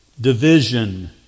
Division